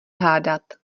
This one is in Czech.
hádat